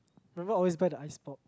my mum always buy the ice pop